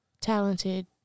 talented